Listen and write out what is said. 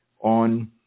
on